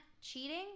cheating